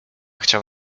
chciał